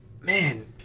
man